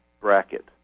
bracket